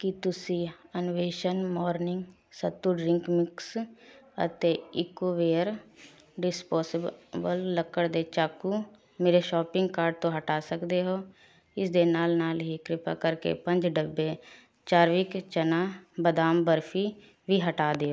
ਕੀ ਤੁਸੀਂ Anveshan Morni sattu drink mix ਅਤੇ Ecoware disposable ਲੱਕੜ ਦੇ ਚਾਕੂ ਮੇਰੇ ਸ਼ੋਪਿੰਗ ਕਾਰਟ ਤੋਂ ਹਟਾ ਸਕਦੇ ਹੋ ਇਸ ਦੇ ਨਾਲ ਨਾਲ ਹੀ ਕ੍ਰਿਪਾ ਕਰਕੇ ਪੰਜ ਡੱਬੇ ਚਾਰਵਿਕ ਚਨਾ ਬਦਾਮ ਬਰਫੀ ਵੀ ਹਟਾ ਦਿਓ